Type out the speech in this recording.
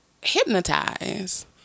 hypnotize